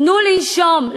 תנו לנשום,